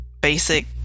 basic